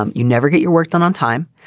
um you never get your work done on time.